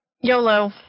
Yolo